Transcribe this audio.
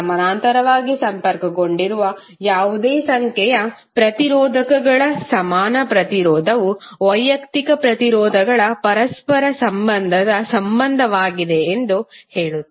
ಸಮಾನಾಂತರವಾಗಿ ಸಂಪರ್ಕಗೊಂಡಿರುವ ಯಾವುದೇ ಸಂಖ್ಯೆಯ ಪ್ರತಿರೋಧಕಗಳ ಸಮಾನ ಪ್ರತಿರೋಧವು ವೈಯಕ್ತಿಕ ಪ್ರತಿರೋಧಗಳ ಪರಸ್ಪರ ಸಂಬಂಧದ ಸಂಬಂಧವಾಗಿದೆ ಎಂದು ಹೇಳುತ್ತದೆ